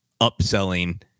upselling